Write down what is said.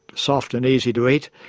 soft and easy to eat,